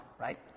right